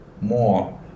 more